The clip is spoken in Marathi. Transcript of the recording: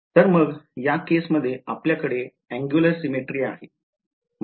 तर मग या केसमध्ये आपल्याकडे angular symmetry आहे